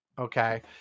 Okay